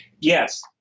Yes